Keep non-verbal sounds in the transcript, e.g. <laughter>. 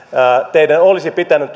teidän olisi pitänyt <unintelligible>